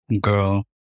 Girl